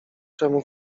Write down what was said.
czemu